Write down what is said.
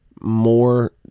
more